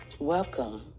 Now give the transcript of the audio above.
Welcome